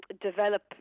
develop